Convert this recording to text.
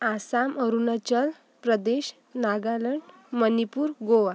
Assam Arunachal Pradesh Nagaland Manipur Goa